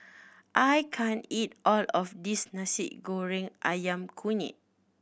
I can't eat all of this Nasi Goreng Ayam Kunyit